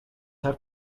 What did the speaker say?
have